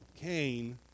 Cain